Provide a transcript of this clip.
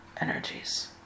energies